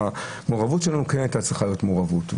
הזה שהמעורבות שלנו כן הייתה צריכה להיות מעורבות,